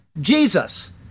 Jesus